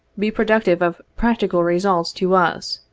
be productive of practical results to us,